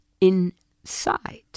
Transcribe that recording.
inside